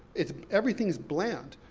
it's, everything's bland.